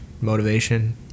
motivation